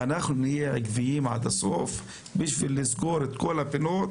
אנחנו נהיה עקביים עד הסוף בשביל לסגור את כל הפינות